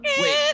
wait